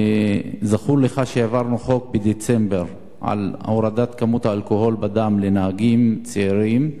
זכור לך שהעברנו חוק בדצמבר על הורדת כמות האלכוהול בדם לנהגים צעירים,